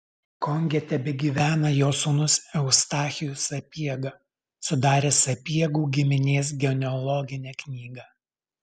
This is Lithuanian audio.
konge tebegyvena jo sūnus eustachijus sapiega sudaręs sapiegų giminės genealoginę knygą